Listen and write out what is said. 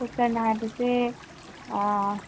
ꯗꯣꯛꯇꯔꯅ ꯍꯥꯏꯕꯁꯦ ꯑꯥ